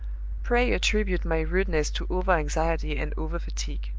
pray attribute my rudeness to over-anxiety and over-fatigue.